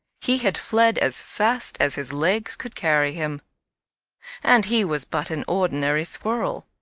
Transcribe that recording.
he had fled as fast as his legs could carry him and he was but an ordinary squirrel,